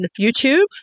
YouTube